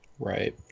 Right